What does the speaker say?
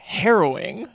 harrowing